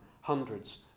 hundreds